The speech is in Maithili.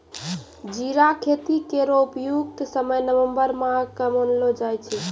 जीरा खेती केरो उपयुक्त समय नवम्बर माह क मानलो जाय छै